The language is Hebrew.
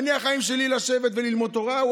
אני, החיים שלי לשבת וללמוד תורה.